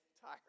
tired